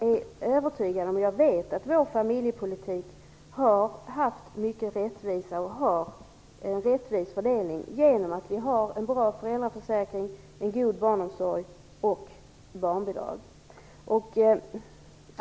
Fru talman! Jag vet att vår familjepolitik har innehållit mycket rättvisa och innebär en rättvis fördelning genom att vi har en bra föräldraförsäkring, en god barnomsorg och barnbidrag.